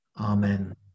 Amen